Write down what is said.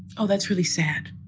oh, that's really sad.